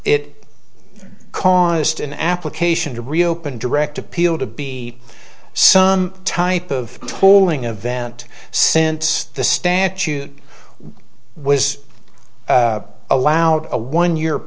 it caused an application to reopen direct appeal to be sun type of tolling event since the statute was allowed a one year